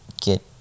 get